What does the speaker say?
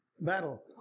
Battle